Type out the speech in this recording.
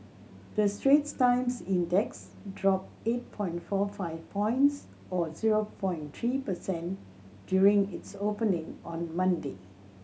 the Straits Times Index dropped eight point four five points or zero point three percent during its opening on Monday